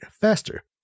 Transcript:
faster